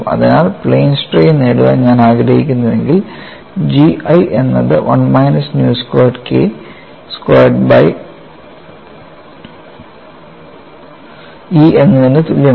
അതിനാൽ plain strain നേടാൻ ഞാൻ ആഗ്രഹിക്കുന്നുവെങ്കിൽ G I എന്നത് 1 minus nu squared K squared by E എന്നതിനു തുല്യമാണ്